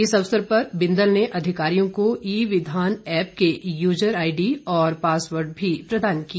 इस अवसर पर बिंदल ने अधिकारियों को ई विधान एप्प के यूजर आईडी और पासवार्ड भी प्रदान किए